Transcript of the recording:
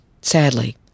sadly